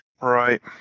Right